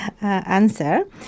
answer